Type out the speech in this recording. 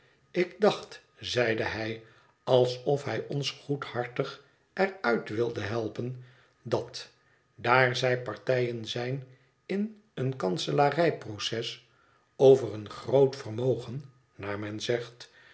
ik dacht zeide hij alsof hij ons goedhartig er uit wilde helpen dat daar zij partijen zijn in een kanselarij proces over eengroot vermogen naar men zegt